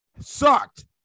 Sucked